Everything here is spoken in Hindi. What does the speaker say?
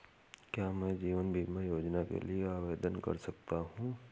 क्या मैं जीवन बीमा योजना के लिए आवेदन कर सकता हूँ?